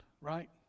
right